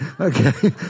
Okay